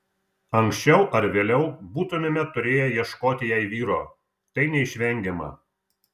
anksčiau ar vėliau būtumėme turėję ieškoti jai vyro tai neišvengiama